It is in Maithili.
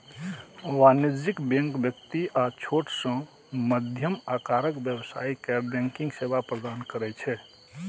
वाणिज्यिक बैंक व्यक्ति आ छोट सं मध्यम आकारक व्यवसायी कें बैंकिंग सेवा प्रदान करै छै